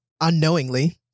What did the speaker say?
unknowingly